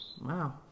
wow